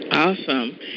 Awesome